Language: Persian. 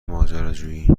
ماجراجویی